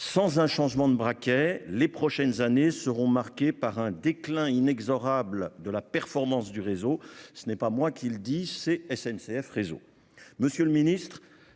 sans un changement de braquet. Les prochaines années seront marquées par un déclin inexorable de la performance du réseau. Ce n'est pas moi qui le dis c'est SNCF réseau